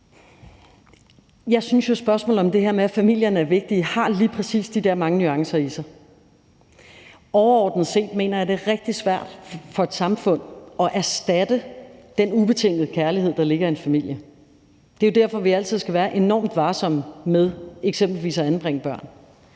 Jeg synes jo, at spørgsmålet om, at familien er vigtig, lige præcis har de der mange nuancer i sig. Overordnet set mener jeg, det er rigtig svært for et samfund at erstatte den ubetingede kærlighed, der ligger i en familie. Det er jo derfor, vi altid skal være enormt varsomme med eksempelvis at anbringe børn.